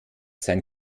sein